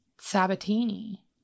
sabatini